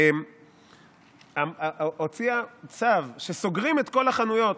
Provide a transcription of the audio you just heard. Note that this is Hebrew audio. היא הוציאה צו שסוגרים את כל החנויות.